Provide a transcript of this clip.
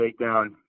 takedown